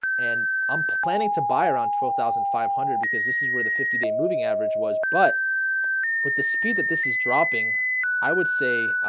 and i'm planning to buy around twelve thousand five hundred because this is where the fifty day moving average was but with the speed that this is dropping i would say